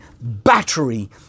battery